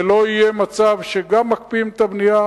ולא יהיה מצב שגם מקפיאים את הבנייה